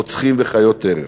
רוצחים וחיות טרף,